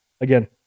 again